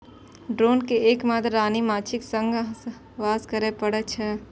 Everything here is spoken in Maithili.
ड्रोन कें एक मात्र रानी माछीक संग सहवास करै पड़ै छै